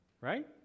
Right